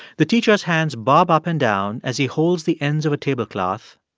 the teacher's hands bob up and down as he holds the ends of a tablecloth,